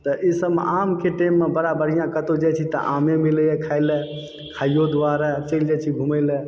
तऽ ई सब आम के टाइम मे बड़ा बढ़िऑं कत्तौ जाइ छी तऽ आमे मिलैया खाइलए खाइयो दुआरे चलि जाइ छी घुमय लए